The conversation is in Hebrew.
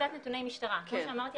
נתוני משטרה: כמו שאמרתי,